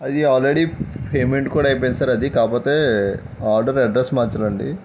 అది already payment కూడా అయిపోయింది సార్ అది కాకపోతే ఆర్డర్ అడ్రస్ మార్చాలండి